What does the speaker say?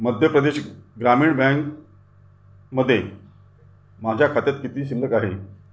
मध्य प्रदेश ग्रामीण बँकमध्ये माझ्या खात्यात किती शिल्लक आहे